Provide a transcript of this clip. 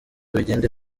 bigende